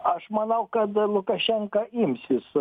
aš manau kada lukašenka imsis